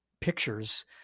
pictures